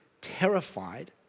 terrified